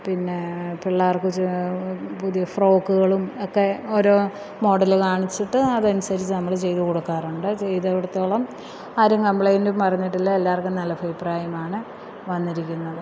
പിന്നെ പിള്ളേർക്ക്ച്ച് പുതിയ ഫ്രോക്ക്കളും ഒക്കെ ഓരോ മോഡല് കാണിച്ചിട്ട് അതനുസരിച്ച് നമ്മൾ ചെയ്ത് കൊടുക്കാറുണ്ട് ചെയ്ത് കൊടുത്തോളം ആരും കംപ്ലെയിൻറ്റും പറഞ്ഞിട്ടില്ല എല്ലാവർക്കും നല്ല അഭിപ്രായമാണ് വന്നിരിക്കുന്നത്